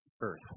earth